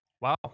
wow